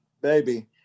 baby